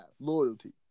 loyalty